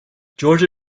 georgia